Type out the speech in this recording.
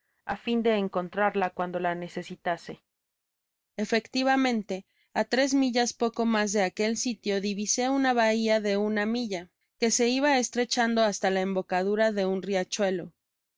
á fin de encontrarla cuando la necesitase efectivamente á tres millas poco mas de aquel sitio divisé uua bahía de una milla que se iba estrechando hasta la embocadura de un riachuelo